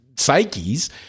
psyches